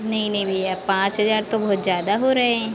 नहीं नहीं भैया पाँच हज़ार तो बहुत ज़्यादा हो रहे हैं